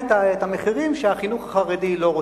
אתה את המחירים שהחינוך החרדי לא רוצה.